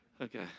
Okay